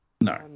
No